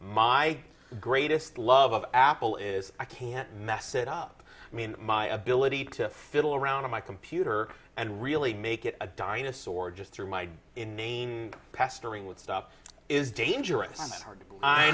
my greatest love of apple is i can't mess it up i mean my ability to fiddle around on my computer and really make it a dinosaur just through my inane pestering with stuff is dangerous